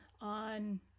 on